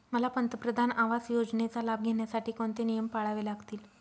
मला पंतप्रधान आवास योजनेचा लाभ घेण्यासाठी कोणते नियम पाळावे लागतील?